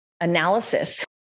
analysis